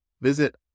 Visit